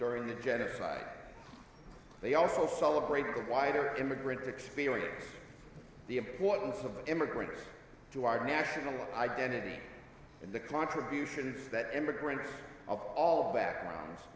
during the genocide they also celebrated the wider immigrant experience the importance of immigrating to our national identity and the contributions that immigrants of all backgrounds